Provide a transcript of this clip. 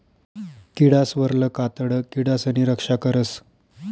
किडासवरलं कातडं किडासनी रक्षा करस